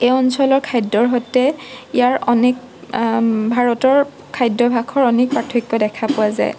এই অঞ্চলৰ খাদ্যৰ সৈতে ইয়াৰ অনেক ভাৰতৰ খাদ্যাভাসৰ অনেক পাৰ্থক্য দেখা পোৱা যায়